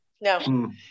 No